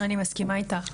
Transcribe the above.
אני מסכימה איתך.